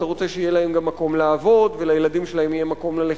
אתה רוצה שיהיה להם גם מקום לעבוד ולילדים שלהם יהיה מקום ללמוד,